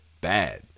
bad